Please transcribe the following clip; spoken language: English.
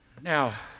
Now